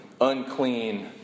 unclean